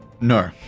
No